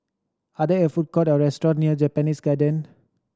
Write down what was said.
are there food court or restaurant near Japanese Garden